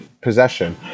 possession